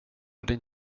din